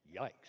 yikes